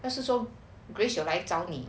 要是说 grace 有来找你